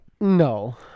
No